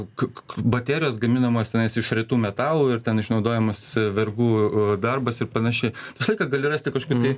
kak baterijos gaminamos iš retų metalų ir ten išnaudojamas vergų u darbas ir panašiai visą laiką gali rasti kažkokių tai